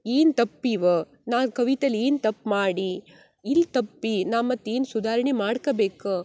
ಏನು ತಪ್ಪಿವ ನಾ ಕವಿತೆಲಿ ಏನು ತಪ್ಪು ಮಾಡಿ ಇಲ್ಲಿ ತಪ್ಪಿ ನಾ ಮತ್ತೇನು ಸುಧಾರ್ಣೆ ಮಾಡ್ಕಬೇಕು